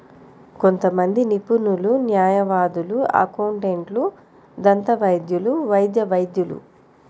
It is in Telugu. కొంతమంది నిపుణులు, న్యాయవాదులు, అకౌంటెంట్లు, దంతవైద్యులు, వైద్య వైద్యులు